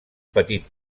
petit